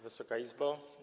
Wysoka Izbo!